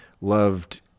loved